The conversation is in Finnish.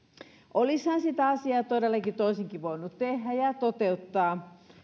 olisihan sitä asiaa todellakin toisinkin voinut tehdä ja ja toteuttaa